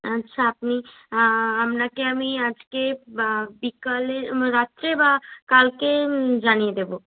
আচ্ছা আপনি আপনাকে আমি আজকে বা বিকালে রাত্রে বা কালকে জানিয়ে দেবো